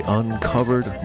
uncovered